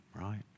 right